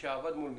ושעבד מול משרד.